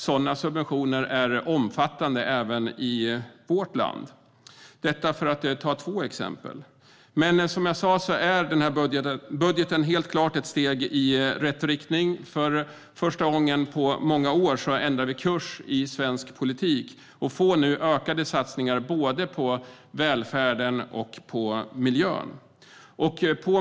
Sådana subventioner är omfattande även i vårt land. Detta var två exempel. Men som jag sa är den här budgeten helt klart ett steg i rätt riktning. För första gången på många år ändrar vi kurs i svensk politik och får nu ökade satsningar både på välfärden och på miljön.